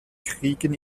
kriegen